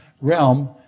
realm